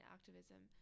Activism